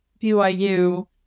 BYU